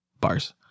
Bars